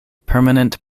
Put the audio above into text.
permanent